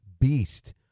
beast